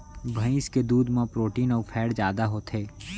भईंस के दूद म प्रोटीन अउ फैट जादा होथे